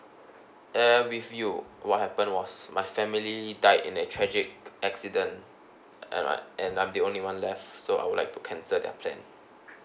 err with you what happened was my family died in a tragic accident and I and I'm the only one left so I would like to cancel their plan